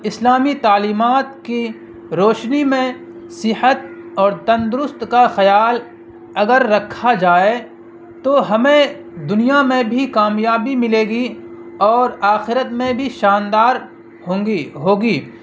اسلامی تعلیمات کی روشنی میں صحت اور تندرست کا خیال اگر رکھا جائے تو ہمیں دنیا میں بھی کامیابی ملے گی اور آخرت میں بھی شاندار ہوں گی ہوگی